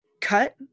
Cut